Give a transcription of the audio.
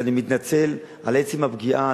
אז אני מתנצל על עצם הפגיעה,